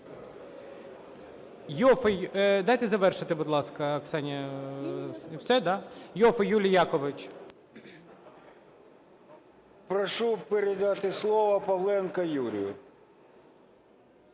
Прошу передати слово Павленку Юрію.